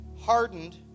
hardened